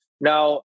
now